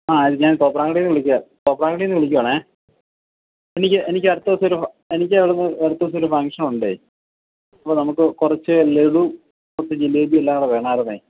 ആ ഞാന് തോപ്രാംകുടിയിൽ നിന്ന് വിളിക്കുവാണ് തോപ്രാംകുടിയിൽ നിന്ന് വിളിക്കുവാണ് എനിക്ക് എനിക്ക് അടുത്ത ദിവസം ഒരു ഫ എനിക്ക് അടുത്ത ദിവസം ഒരു ഫങ്ങ്ഷന് ഉണ്ട് അപ്പോൾ നമുക്ക് കുറച്ച് ലഡു ജിലേബി എല്ലാം കൂടെ വേണമായിരുന്നു